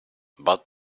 but